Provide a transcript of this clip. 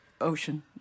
ocean